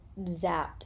zapped